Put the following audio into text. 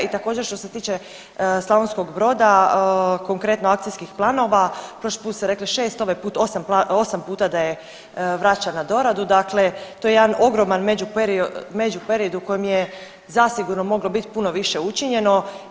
I također što se tiče Slavonskog Broda konkretno akcijskih planova, prošli put ste rekli 6 ovaj puta 8 puta da je vraćan na doradu, dakle to je jedan ogroman međuperiod u kojem je zasigurno moglo biti puno više učinjeno.